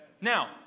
Now